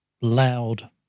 loud